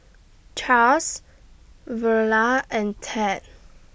Charles Verla and Ted